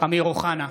אמיר אוחנה,